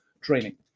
training